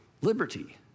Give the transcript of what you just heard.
liberty